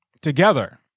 together